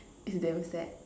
is damn sad